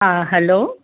हा हेलो